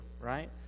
right